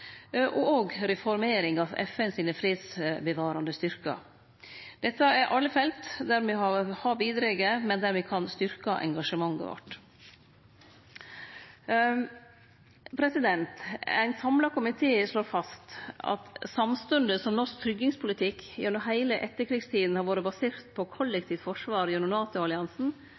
bra, og reformering av FNs fredsbevarande styrkar. Dette er alle felt der me har bidrege, men der me kan styrkje engasjementet vårt. Ein samla komité slår fast at samstundes som norsk sikkerheitspolitikk gjennom heile etterkrigstida har vore basert på kollektivt forsvar gjennom